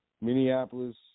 Minneapolis